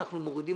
אנחנו מורידים